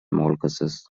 molluscs